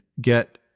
get